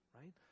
right